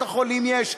לקופות-החולים יש,